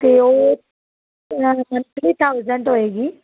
ਅਤੇ ਉਹ ਥਾਊਜੈਂਟ ਹੋਏਗੀ